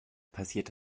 passiert